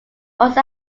also